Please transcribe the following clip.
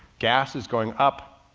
gas is going up,